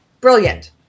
brilliant